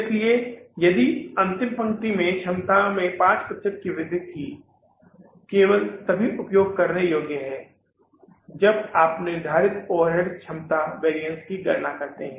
इसलिए यह अंतिम पंक्ति कि क्षमता में 5 प्रतिशत की वृद्धि थी केवल तभी उपयोग करने योग्य है जब आप निर्धारित ओवरहेड क्षमता वैरिअन्स की गणना करते हैं